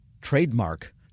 trademark